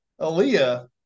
Aaliyah